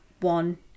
one